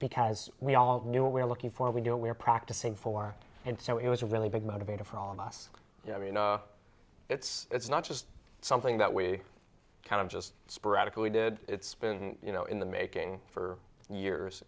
because we all knew what we're looking for we know we're practicing for and so it was a really big motivator for all of us i mean it's not just something that we kind of just sporadically did it's been you know in the making for